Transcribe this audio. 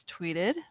tweeted